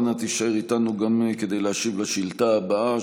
אנא תישאר איתנו כדי להשיב גם על השאילתה הבאה,